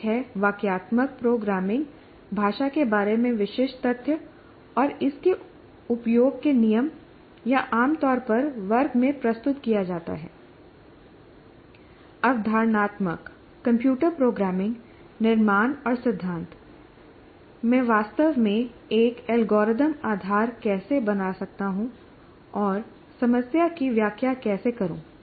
एक है वाक्यात्मक प्रोग्रामिंग भाषा के बारे में विशिष्ट तथ्य और इसके उपयोग के नियम यह आमतौर पर वर्ग में प्रस्तुत किया जाता है अवधारणात्मक कंप्यूटर प्रोग्रामिंग निर्माण और सिद्धांत मैं वास्तव में एक एल्गोरिदम आधार कैसे बना सकता हूं और समस्या की व्याख्या कैसे करूं